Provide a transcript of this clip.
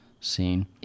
scene